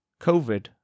COVID